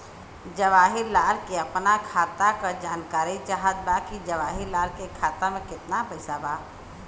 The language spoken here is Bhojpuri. जवाहिर लाल के अपना खाता का जानकारी चाहत बा की जवाहिर लाल के खाता में कितना पैसा बा?